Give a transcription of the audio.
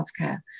healthcare